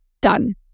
Done